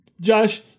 Josh